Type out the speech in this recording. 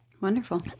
Wonderful